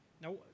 Now